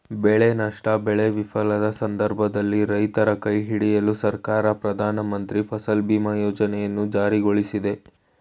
ಬೆಳೆ ನಷ್ಟ ಬೆಳೆ ವಿಫಲದ ಸಂದರ್ಭದಲ್ಲಿ ರೈತರ ಕೈಹಿಡಿಯಲು ಸರ್ಕಾರ ಪ್ರಧಾನಮಂತ್ರಿ ಫಸಲ್ ಬಿಮಾ ಯೋಜನೆಯನ್ನು ಜಾರಿಗೊಳಿಸಿದೆ